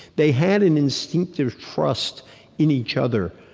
they had an instinctive trust in each other.